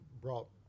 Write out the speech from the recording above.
brought